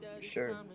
Sure